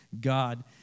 God